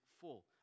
full